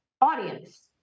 audience